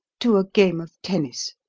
to a game of tennis?